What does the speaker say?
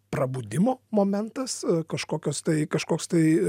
prabudimo momentas kažkokios tai kažkoks tai